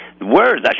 words